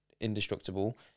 indestructible